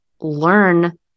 learn